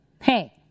Hey